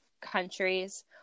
countries